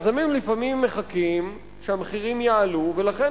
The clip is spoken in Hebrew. לפעמים היזמים מחכים שהמחירים יעלו ולכן